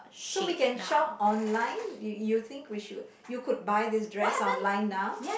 so we can shop online you you think we should you could buy this dress online now